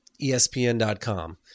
ESPN.com